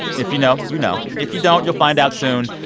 if you know, you know. if you don't, you'll find out soon.